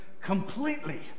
completely